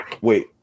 Wait